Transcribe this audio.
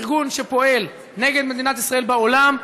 ארגון שפועל נגד מדינת ישראל בעולם,